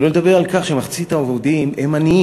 שלא לדבר על כך שמחצית העובדים עניים.